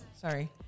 Sorry